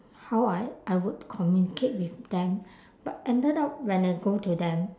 how I I would communicate with them but ended up when I go to them